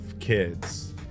kids